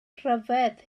rhyfedd